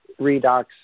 redox